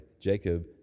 Jacob